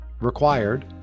required